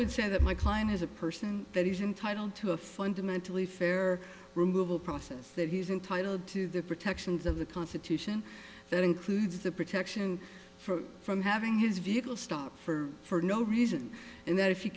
would say that my client is a person that is entitled to a fundamentally fair removal process that he's entitled to the protections of the constitution that includes the protection for from having his vehicle stopped for for no reason and that if you